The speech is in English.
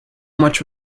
much